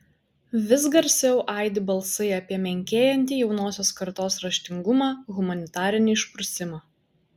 vis garsiau aidi balsai apie menkėjantį jaunosios kartos raštingumą humanitarinį išprusimą